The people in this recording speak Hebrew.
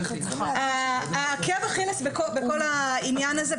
עקב אכילס בכל העניין הזה,